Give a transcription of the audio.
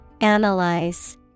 Analyze